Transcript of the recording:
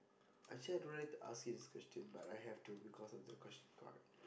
actually I don't really want to ask you this question but I have to because of that question card